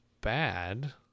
bad